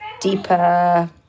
deeper